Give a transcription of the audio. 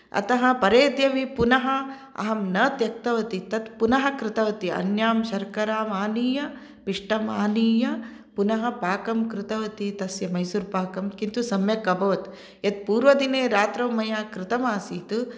अतः परेद्यवि पुनः अहं न त्यक्तवती तत् पुनः कृतवती अन्यां शर्कराम् आनीय पिष्टम् आनीय पुनः पाकं कृतवती तस्य मैसूर् पाकं किन्तु सम्यक् अभवत् यत् पूर्वदिने रात्रौ कृतमासीत्